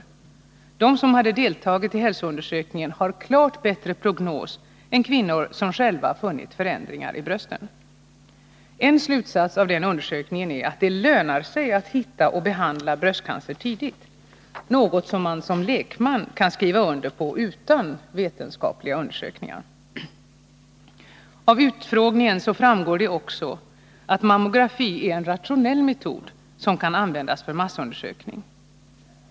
De kvinnor som hade deltagit i hälsoundersökningen har klart bättre prognos än de kvinnor som själva funnit förändringar i brösten. En slutsats av den undersökningen är att det lönar sig att hitta och att behandla bröstcancer tidigt, något som man som lekman kan skriva under på utan vetenskapliga undersökningar. Avutfrågningen framgår också att mammografi är en rationell metod, som kan användas för massundersökning.